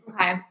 Okay